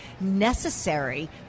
necessary